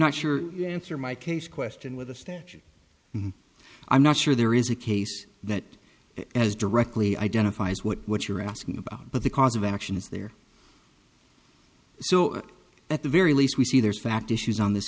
not sure you answer my case question with a statute i'm not sure there is a case that as directly identifies what you're asking about but the cause of action is there so at the very least we see there's fact issues on this